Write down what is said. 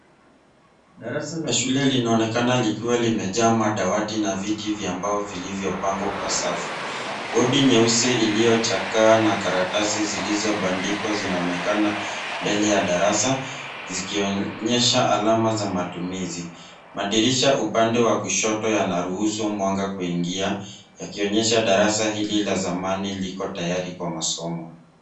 Darasa la shule linaonekana likiwa limejaa madawati na viti vya mbao vilivyopangwa kwa safu. Bodi nyeusi iliyochakaa na karatasi zilizobandikwa zinaonekana mbele ya darasa zikionyesha alama za matumizi. Madirisha upande wa kushoto yanauhusu mwanga kuingia yakionyesha darasa hili la zamani liko tayari kwa masomo.